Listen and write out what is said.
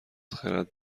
خرد